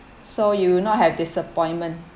so you will not have disappointment